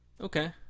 Okay